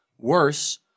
worse